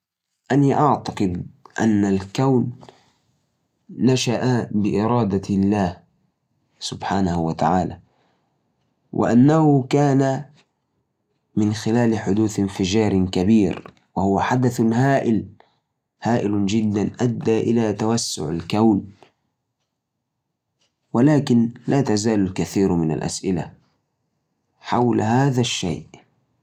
أصل الكون موضوع معقد ومثير للإهتمام في نظريات علمية مثل نظرية الإنفجار العظيم تشير إلى أن الكون بدأ من نقطة صغيرة جداً متوسعة بشكل كبير قبل حوالي تلتاش فاصله تمانيه مليار سنة البعض يؤمن بنظريات دينية أو فلسفية تتحدث عن خلق الكون بقوة أعلى شخصياً أعتقد أن العلم والدين يمكن أن يكملان بعض في فهم أصل الكون وكل واحد عنده وجهة نظرة